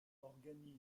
organise